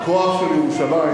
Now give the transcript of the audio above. הכוח של ירושלים,